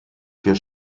für